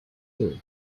too